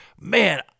man